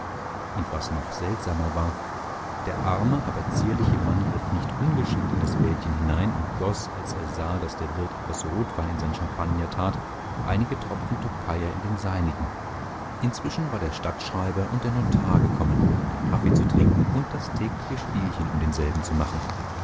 und was noch seltsamer war der arme aber zierliche mann griff nicht ungeschickt in das wäldchen hinein und goß als er sah daß der wirt etwas rotwein in seinen champagner tat einige tropfen tokaier in den seinigen inzwischen waren der stadtschreiber und der notar gekommen um den kaffee zu trinken und das tägliche spielchen um denselben zu machen